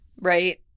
Right